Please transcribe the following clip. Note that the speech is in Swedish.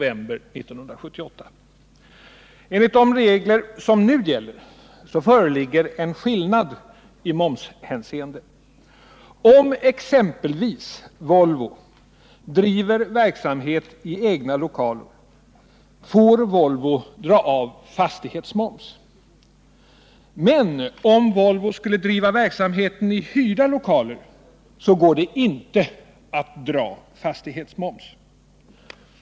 Enligt de regler som nu gäller föreligger en skillnad i momshänseende. Om exempelvis Volvo driver verksamhet i egna lokaler får Volvo dra av fastighetsmoms. Men om Volvo skulle driva verksamheten i hyrda lokaler går det inte att dra av fastighetsmomsen.